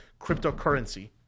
cryptocurrency